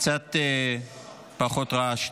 קצת פחות רעש,